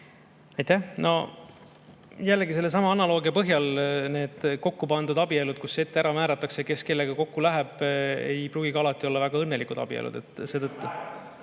Aitäh! Jällegi, sellesama analoogia põhjal: need kokku pandud abielud, kus ette ära määratakse, kes kellega kokku läheb, ei pruugi alati olla väga õnnelikud abielud.